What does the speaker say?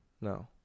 No